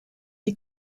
die